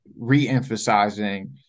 reemphasizing